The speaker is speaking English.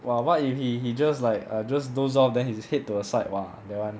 !wah! what if he he just like err just doze off then his head to a side !wah! that [one]